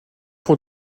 pour